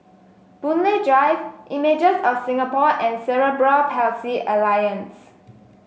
Boon Lay Drive Images of Singapore and Cerebral Palsy Alliance